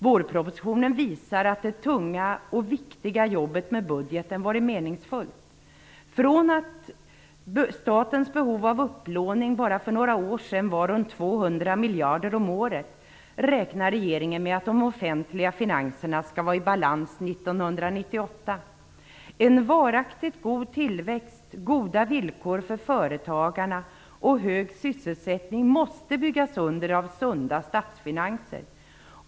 Vårpropositionen visar att det tunga och viktiga jobbet med budgeten varit meningsfullt. Statens behov av upplåning var för bara några år sedan runt 200 miljarder om året. Nu räknar regeringen med att de offentliga finanserna skall vara i balans 1998. En varaktigt god tillväxt, goda villkor för företagarna och hög sysselsättning måste byggas under av sunda statsfinanser.